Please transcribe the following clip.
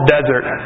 Desert